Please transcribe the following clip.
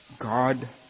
God